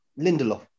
Lindelof